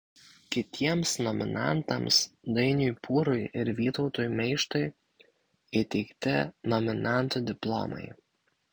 kitiems nominantams dainiui pūrui ir vytautui meištui įteikti nominantų diplomai